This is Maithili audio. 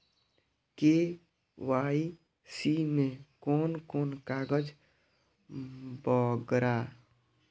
के.वाई.सी में कोन कोन कागज वगैरा?